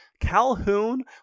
Calhoun